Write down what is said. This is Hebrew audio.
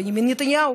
בנימין נתניהו.